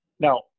Now